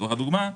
לדוגמה,